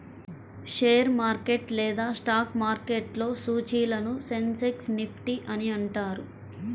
share market లేదా stock మార్కెట్లో సూచీలను సెన్సెక్స్, నిఫ్టీ అని అంటారు